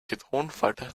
zitronenfalter